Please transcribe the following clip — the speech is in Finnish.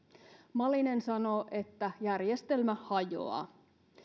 malinen sanoo että järjestelmä hajoaa